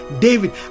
David